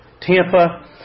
Tampa